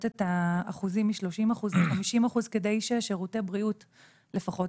את האחוזים מ-30% ל-50% כדי ששירותי בריאות לפחות,